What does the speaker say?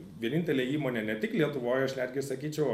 vienintelė įmonė ne tik lietuvoj aš netgi sakyčiau